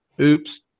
Oops